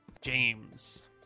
James